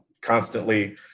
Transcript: constantly